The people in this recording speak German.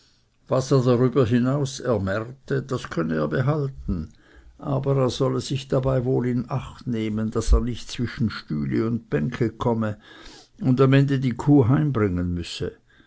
was er darüberaus ermärte das könne er behalten aber er solle sich dabei wohl in acht nehmen daß er nicht zwischen stühle und bänke komme und am ende die kuh heimbringen müsse